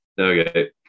Okay